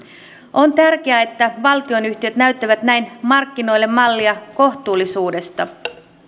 on tärkeää että valtionyhtiöt näyttävät näin markkinoille mallia kohtuullisuudesta